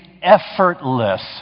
effortless